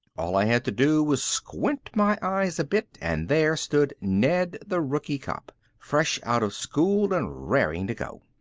all i had to do was squint my eyes a bit and there stood ned the rookie cop. fresh out of school and raring to go.